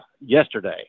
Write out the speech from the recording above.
yesterday